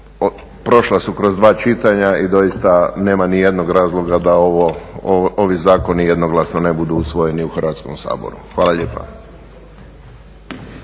prošla su kroz dva čitanja i doista nema ni jednog razloga da ovi zakoni jednoglasno ne budu usvojeni u Hrvatskom saboru. Hvala lijepa.